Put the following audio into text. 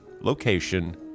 location